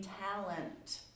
talent